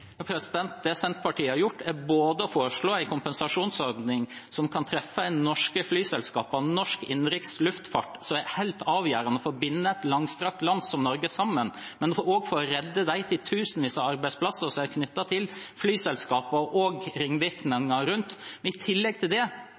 Det Senterpartiet har gjort, er både å foreslå en kompensasjonsordning som kan treffe de norske flyselskapene og norsk innenriks luftfart, som er helt avgjørende for å binde et langstrakt land som Norge sammen, og for å redde de titusenvis av arbeidsplassene som er knyttet til flyselskapene, og ringvirkningene rundt.